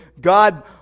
God